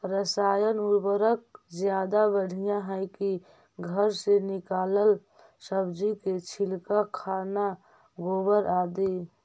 रासायन उर्वरक ज्यादा बढ़िया हैं कि घर से निकलल सब्जी के छिलका, खाना, गोबर, आदि?